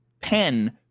pen